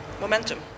momentum